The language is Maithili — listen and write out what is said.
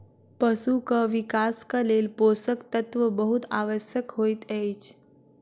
पशुक विकासक लेल पोषक तत्व बहुत आवश्यक होइत अछि